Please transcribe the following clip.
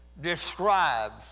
describes